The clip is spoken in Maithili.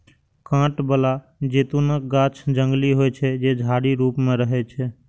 कांट बला जैतूनक गाछ जंगली होइ छै, जे झाड़ी रूप मे रहै छै